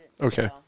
Okay